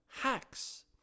hacks